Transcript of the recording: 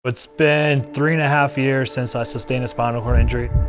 it's been three and a half years since i sustained a spinal cord injury.